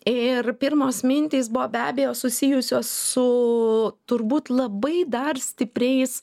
ir pirmos mintys buvo be abejo susijusios su turbūt labai dar stipriais